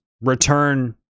return